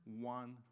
one